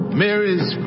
mary's